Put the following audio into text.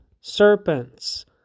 Serpents